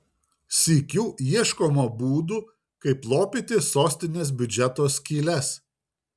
sykiu ieškoma būdų kaip lopyti sostinės biudžeto skyles